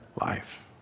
life